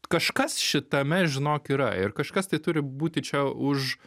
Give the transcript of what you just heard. kažkas šitame žinok yra ir kažkas tai turi būti čia už